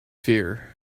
fear